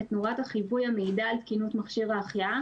את נורת החיווי המעידה על תקינות מכשיר ההחייאה,